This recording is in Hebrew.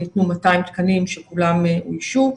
ניתנו 200 תקנים שכולם אוישו.